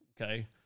Okay